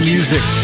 Music